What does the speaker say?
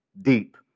deep